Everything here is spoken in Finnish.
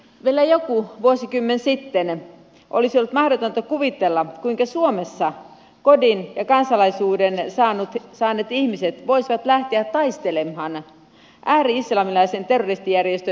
vielä joku vuosikymmen sitten olisi ollut mahdotonta kuvitella kuinka suomessa kodin ja kansalaisuuden saaneet ihmiset voisivat lähteä taistelemaan ääri islamilaisen terroristijärjestön riveihin